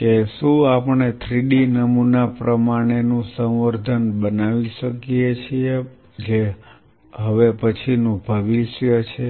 કે શું આપણે 3D નમૂના પ્રમાણેનું સંવર્ધન બનાવી શકીએ જે ભવિષ્ય છે